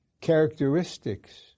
characteristics